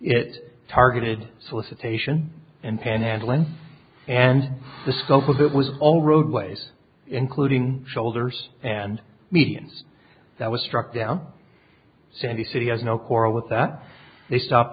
it targeted solicitation and panhandling and the scope of it was all roadways including shoulders and medians that was struck down city city has no quarrel with that they stopped